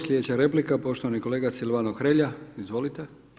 Sljedeća replika, poštovani kolega Silvano Hrelja, izvolite.